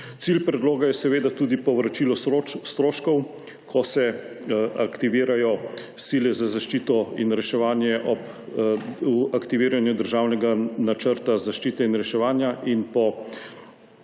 Cilj predloga je seveda tudi povračilo stroškov, ko se aktivirajo sile za zaščito in reševanje ob aktiviranju državnega načrta zaščite in reševanja in po